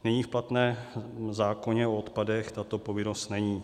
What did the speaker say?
V nyní platném zákoně o odpadech tato povinnost není.